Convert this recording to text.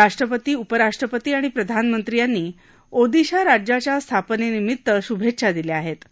राष्ट्रपती उपराष्ट्रपती आणि प्रधानमंत्री यांनी ओदिशा राज्याच्या स्थापनत्रिमित्त शुभर्छा दिल्या आहत्त